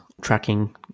tracking